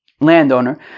Landowner